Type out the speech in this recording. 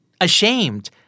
Ashamed